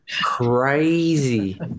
crazy